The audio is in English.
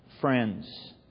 friends